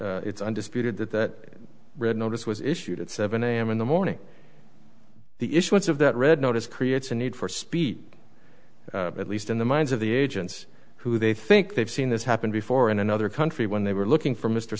and it's undisputed that red notice was issued at seven am in the morning the issuance of that red notice creates a need for speed at least in the minds of the agents who they think they've seen this happen before in another country when they were looking for mr